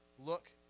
Look